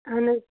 اہن حظ